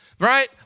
Right